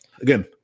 Again